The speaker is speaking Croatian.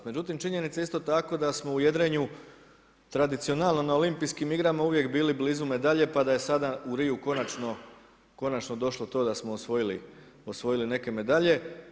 Međutim, činjenica isto tako da smo u jedrenju tradicionalno na olimpijskim igrama uvijek bili blizu medalje pa da je sada u Riu konačno došlo to da smo osvojili neke medalje.